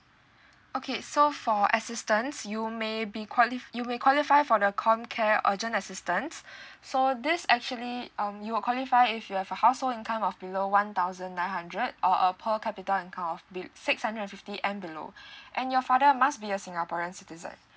okay so for assistance you may be quali~ you may qualify for the comcare urgent assistance so this actually um you will qualify if you have a household income of below one thousand nine hundred or a per capita income of be~ six hundred fifty and below and your father must be a singaporeans citizen